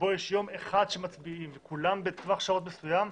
כאשר יש יום אחד שמצביעים וכולם בטווח שעות מסוים,